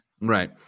Right